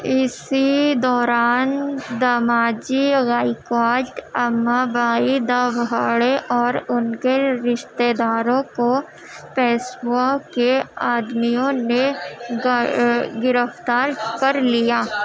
اسی دوران دماجی گائیکواٹ امابائی داغھاڑے اور ان کے رشتہ داروں کو پیشوا کے آدمیوں نے گرفتار کر لیا